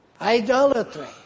idolatry